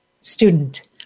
student